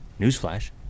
Newsflash